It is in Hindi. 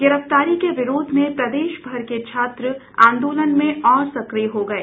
गिरफ्तारी के विरोध में प्रदेश भर के छात्र आंदोलन में और सक्रिय हो गये